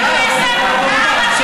אני מבקשת לשמוע ולתת כבוד לכל חברי הכנסת,